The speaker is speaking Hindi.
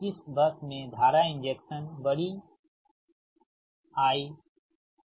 और इस बस में धारा इंजेक्शन बड़ी Iiहै